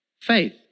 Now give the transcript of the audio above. faith